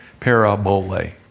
Parabole